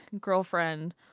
girlfriend